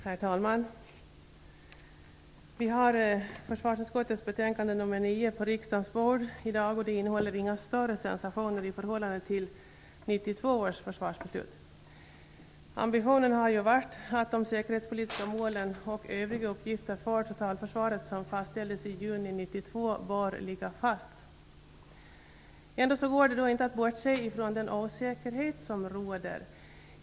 Herr talman! Vi har försvarsutskottets betänkande nr 9 på riksdagens bord i dag. Det innehåller inga större sensationer i förhållande till 1992 års försvarsbeslut. Ambitionen har varit att de säkerhetspolitiska mål och de övriga uppgifter för totalförsvaret som fastställdes i juni 1992 bör ligga fast. Det går ändå inte att bortse ifrån den osäkerhet som råder.